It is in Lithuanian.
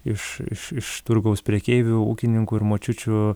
iš iš iš turgaus prekeivių ūkininkų ir močiučių